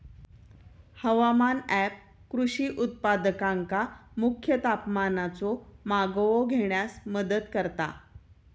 हवामान ऍप कृषी उत्पादकांका मुख्य तापमानाचो मागोवो घेण्यास मदत करता